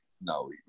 no